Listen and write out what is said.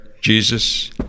Jesus